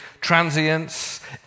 transience